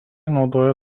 naudojo